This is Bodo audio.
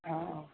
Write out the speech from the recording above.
अ अ